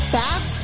back